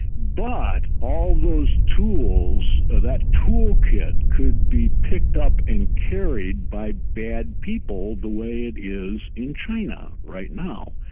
but all those tools, that toolkit could be picked up and carried by bad people the way it is in china right now.